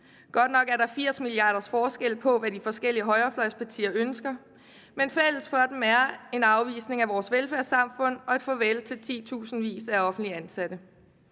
Godt nok er der 80 mia. kr.s forskel på, hvad de forskellige højrefløjspartier ønsker, men fælles for dem er en afvikling af vores velfærdssamfund og et farvel til de tusindvis af offentligt ansatte.